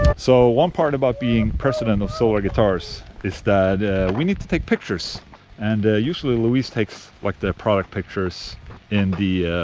so, one part about being president of solar guitars is that we need to take pictures and usually louise takes like the product pictures in the.